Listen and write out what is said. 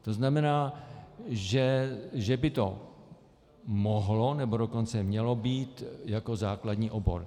To znamená, že by to mohlo, nebo dokonce mělo být jako základní obor.